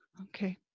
Okay